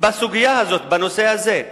בסוגיה הזאת, בנושא הזה?